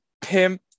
pimp